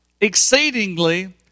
exceedingly